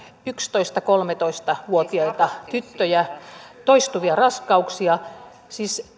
yksitoista viiva kolmetoista vuotiaita tyttöjä toistuvia raskauksia siis